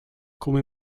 come